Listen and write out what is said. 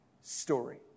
story